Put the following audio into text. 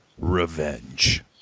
Revenge